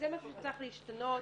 וזה מה שצריך להשתנות.